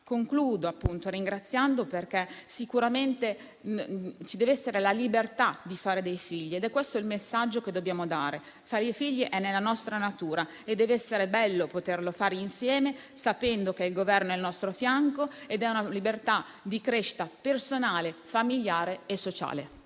intervento ringraziandola, perché sicuramente ci deve essere la libertà di fare dei figli ed è questo il messaggio che dobbiamo dare: fare figli è nella nostra natura e deve essere bello poterlo fare insieme, sapendo che il Governo è al nostro fianco. Ed è una libertà di crescita personale, familiare e sociale.